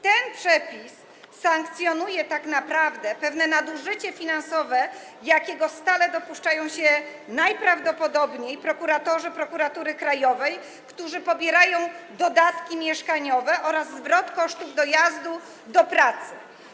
Ten przepis sankcjonuje tak naprawdę pewne nadużycie finansowe, jakiego stale dopuszczają się najprawdopodobniej prokuratorzy Prokuratury Krajowej, którzy pobierają dodatki mieszkaniowe oraz zwrot kosztów dojazdu do pracy.